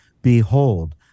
Behold